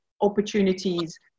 opportunities